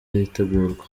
ritegurwa